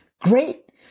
Great